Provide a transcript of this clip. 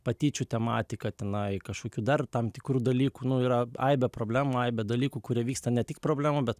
patyčių tematika tenai kažkokių dar tam tikrų dalykų nu yra aibė problemų aibė dalykų kurie vyksta ne tik problemų bet